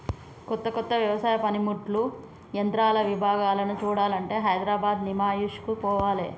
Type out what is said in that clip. కొత్త కొత్త వ్యవసాయ పనిముట్లు యంత్రాల విభాగాలను చూడాలంటే హైదరాబాద్ నిమాయిష్ కు పోవాలే